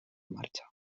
marxa